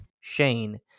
Shane